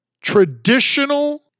traditional